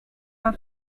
for